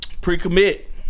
Pre-commit